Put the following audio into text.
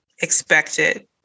expected